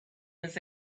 his